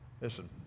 listen